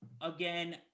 Again